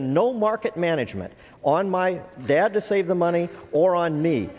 been no lark management on my dad to save the money or on me